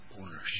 ownership